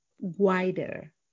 wider